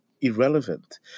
irrelevant